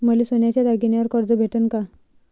मले सोन्याच्या दागिन्यावर कर्ज भेटन का?